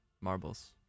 marbles